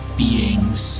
beings